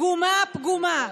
פגומה,